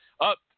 Up